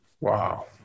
wow